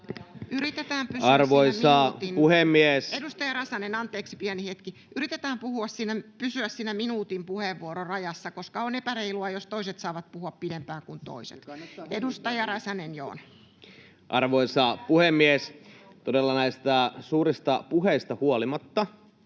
pieni hetki. — Yritetään pysyä siinä minuutin puheenvuororajassa, koska on epäreilua, jos toiset saavat puhua pidempään kuin toiset. — Edustaja Räsänen, Joona. Arvoisa puhemies! Todella näistä suurista puheista huolimatta